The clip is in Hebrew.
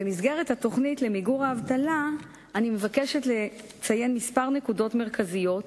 במסגרת התוכנית למיגור האבטלה אני מבקשת לציין כמה נקודות מרכזיות,